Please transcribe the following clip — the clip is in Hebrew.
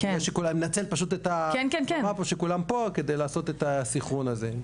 רק רציתי לנצל את ההזדמנות שכולם פה כדי לעשות את הסנכרון הזה.